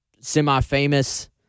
semi-famous